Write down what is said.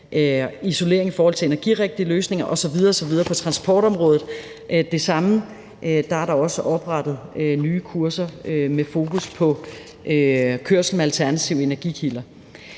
isolering i forhold til energirigtige løsninger osv. osv. På transportområdet er det det samme: Der er der også oprettet nye kurser med fokus på kørsel med alternative energikilder.